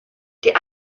die